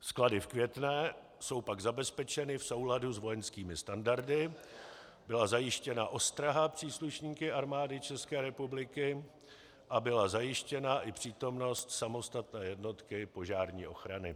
Sklady v Květné jsou pak zabezpečeny v souladu s vojenskými standardy, byla zajištěna ostraha příslušníky Armády České republiky a byla zajištěna i přítomnost samostatné jednotky požární ochrany.